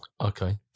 Okay